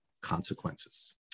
consequences